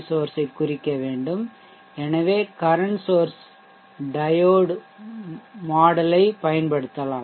source ஐக் குறிக்க வேண்டும் எனவே கரன்ட் சோர்ஷ் டையோடு மாடல் ஐ பயன்படுத்தலாம்